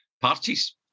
parties